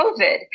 COVID